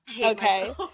okay